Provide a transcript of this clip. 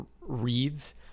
reads